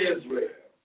Israel